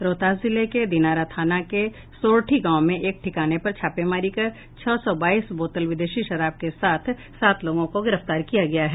रोहतास जिले के दिनारा थाना के सोरठी गांव में एक ठिकाने पर छापेमारी कर छह सौ बाईस बोतल विदेशी शराब के साथ सात लोगों को गिरफ्तार किया गया है